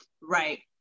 right